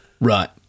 Right